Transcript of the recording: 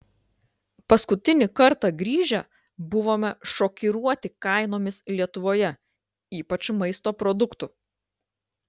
paskutinį kartą grįžę buvome šokiruoti kainomis lietuvoje ypač maisto produktų